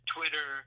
Twitter